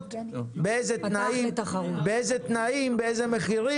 שלא ברור באילו תנאים, באילו מחירים.